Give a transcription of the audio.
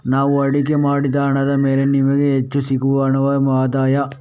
ನಾವು ಹೂಡಿಕೆ ಮಾಡಿದ ಹಣದ ಮೇಲೆ ನಮಿಗೆ ಹೆಚ್ಚು ಸಿಗುವ ಹಣವೇ ಆದಾಯ